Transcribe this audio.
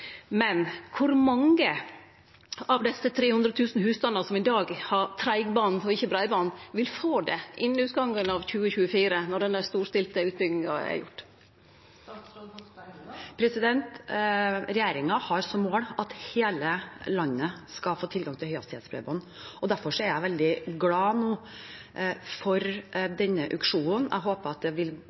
Kor mange av desse 300 000 husstandane som i dag har treigband og ikkje breiband, vil få det innan utgangen av 2024, når denne storstilte utbygginga er gjord? Regjeringen har som mål at hele landet skal få tilgang til høyhastighetsbredbånd. Derfor er jeg nå veldig glad for denne auksjonen. Jeg håper at det vil